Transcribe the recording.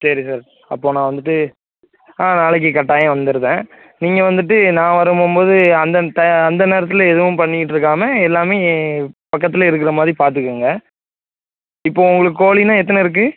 சரி சார் அப்போது நான் வந்துட்டு ஆ நாளைக்கு கட்டாயம் வந்துடுறேன் நீங்கள் வந்துட்டு நான் வரும்போம்போது அந்த ட அந்த நேரத்தில் எதுவும் பண்ணிக்கிட்டு இருக்காம எல்லாமே பக்கத்தில் இருக்கிற மாதிரி பார்த்துக்கங்க இப்போது உங்களுக்கு கோழின்னா எத்தனை இருக்குது